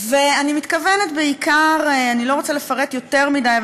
אני לא רוצה לפרט יותר מדי,